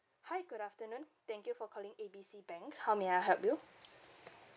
hi good afternoon thank you for calling A B C bank how may I help you